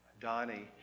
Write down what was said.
Donnie